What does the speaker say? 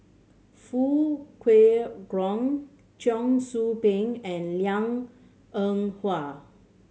Foo Kwee Cheong Soo Pieng and Liang Eng Hwa